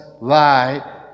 light